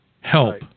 help